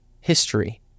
history